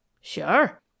sure